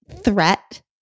threat